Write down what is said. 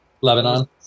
Lebanon